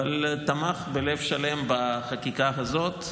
אבל הוא תמך בלב שלם בחקיקה הזאת,